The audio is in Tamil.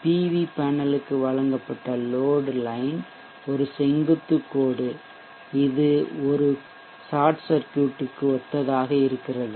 PV பேனலுக்கு வழங்கப்பட்ட லோட்லைன்ஒரு செங்குத்து கோடு இது ஒரு ஷார்ட் சர்க்யூட் க்கு ஒத்ததாக இருக்கிறது